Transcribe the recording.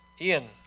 Ian